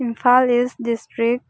Imphal east district